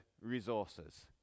resources